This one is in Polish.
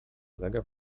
ulega